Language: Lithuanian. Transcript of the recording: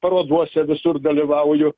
paroduose visur dalyvauju